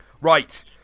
Right